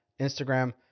Instagram